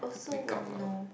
makeup ah